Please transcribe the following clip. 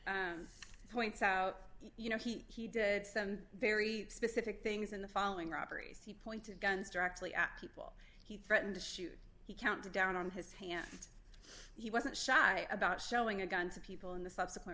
points out you know he did some very specific things in the following robberies he pointed guns directly at people he threatened to shoot he counted down on his hands he wasn't shy about showing a gun to people in the subsequent